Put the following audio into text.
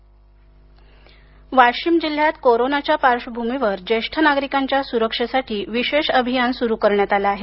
वाशीम वाशीम जिल्ह्यात कोरोनाच्या पार्श्वभूमीवर ज्येष्ठ नागरिकांच्या सुरक्षेसाठी विशेष अभियान सुरू करण्यात आलं आहे